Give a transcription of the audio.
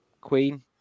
queen